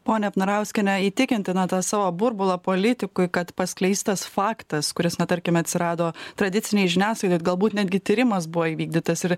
ponia apnarauskiene įtikinti na tą savo burbulą politikui kad paskleistas faktas kuris na tarkime atsirado tradicinėj žiniasklaidoj galbūt netgi tyrimas buvo įvykdytas ir